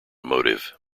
motive